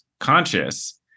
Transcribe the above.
Conscious